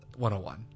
101